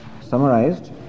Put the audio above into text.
summarized